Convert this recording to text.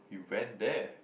we went there